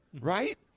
right